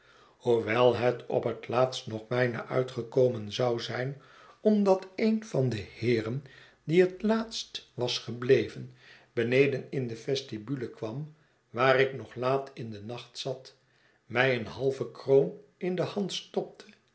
hoewel het op het laatst nog bijna uitgekomen zou zijn omdat een van de heeren die het laatst was gebleven beneden in de vestibule kwam waar ik nog laat in den nacht zat mij een halve kroon in de hand stopte